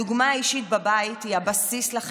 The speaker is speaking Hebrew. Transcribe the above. הדוגמה האישית בבית היא הבסיס לחינוך.